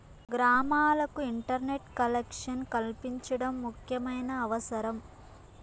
గ్రామాలకు internet collection కల్పించడం ముఖ్యమైన అవసరం